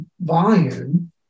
volume